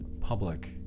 public